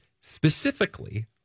Specifically